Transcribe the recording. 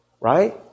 Right